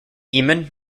eamon